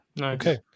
Okay